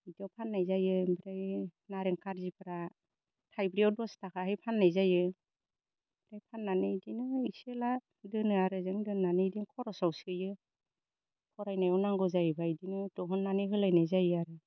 इदियाव फाननाय जायो ओमफ्राय नारें कार्जिफोरा थाइब्रैआव दस थाखायै फाननाय जायो ओमफ्राय फाननानै इदिनो इसे एला दोनो आरो जों दोननानै इदि खरसाव सोयो फरायनायाव नांगौ जायोब्ला इदिनो दिहुननानै होलायनाय जायो आरो